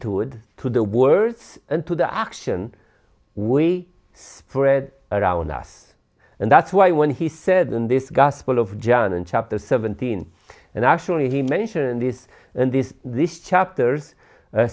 to the words and to the action we spread around us and that's why when he said in this gospel of john in chapter seventeen and actually he mentioned this and this this chapters